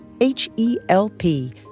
H-E-L-P